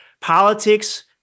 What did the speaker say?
Politics